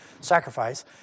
sacrifice